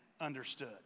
understood